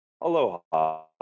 aloha